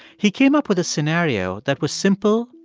he came up with a scenario that was simple,